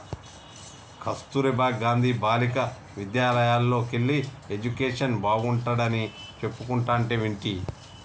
కస్తుర్బా గాంధీ బాలికా విద్యాలయల్లోకెల్లి ఎడ్యుకేషన్ బాగుంటాడని చెప్పుకుంటంటే వింటి